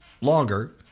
longer